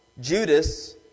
Judas